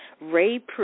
Ray